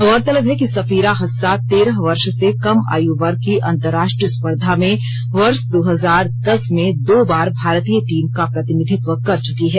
गौरतलब है कि सफीरा हस्सा तेरह वर्ष से कम आयु वर्ग की अंतराष्ट्रीय स्पद्धा में वर्ष दो हजार दस में दो बार भारतीय टीम का प्रतिनिधित्व कर चुकी है